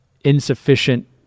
insufficient